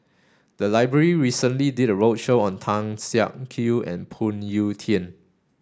the library recently did a roadshow on Tan Siak Kew and Phoon Yew Tien